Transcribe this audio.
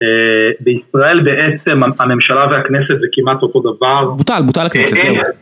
בישראל בעצם הממשלה והכנסת זה כמעט אותו דבר. בוטל, בוטל הכנסת, זהו.